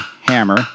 hammer